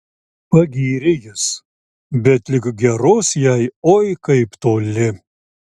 pagyrė jis bet lig geros jai oi kaip toli